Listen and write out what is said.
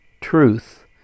truth